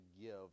give